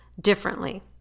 differently